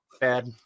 bad